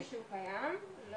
אני לא